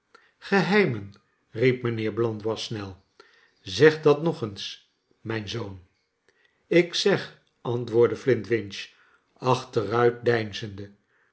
geheimen riep mijnheer blandois snel zeg dat nog eens mijn zoon ik zeg antwoordde flintwinch achteruit deinzende